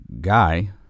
guy